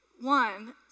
one